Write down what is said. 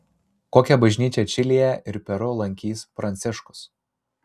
kokią bažnyčią čilėje ir peru lankys pranciškus